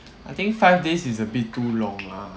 I think five days is a bit too long lah